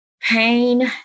Pain